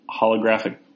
holographic